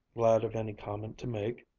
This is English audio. glad of any comment to make.